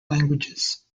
languages